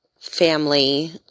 Family